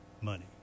money